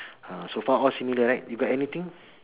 uh so far all similar right you got anything